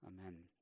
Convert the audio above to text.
Amen